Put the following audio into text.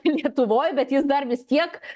lietuvoj bet jis dar vis tiek